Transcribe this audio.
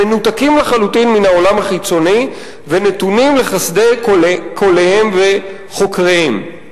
מנותקים לחלוטין מן העולם החיצוני ונתונים לחסדי כולאיהם וחוקריהם.